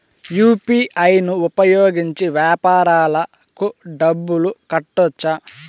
UPI ను ఉపయోగించి వ్యాపారాలకు డబ్బులు కట్టొచ్చా?